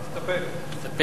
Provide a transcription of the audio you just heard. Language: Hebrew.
מסתפק.